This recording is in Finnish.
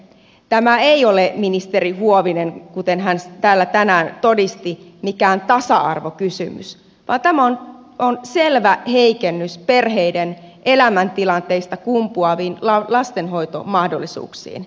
tämä ei ole kuten ministeri huovinen täällä tänään todisti mikään tasa arvokysymys vaan tämä on selvä heikennys perheiden elämäntilanteista kumpuaviin lastenhoitomahdollisuuksiin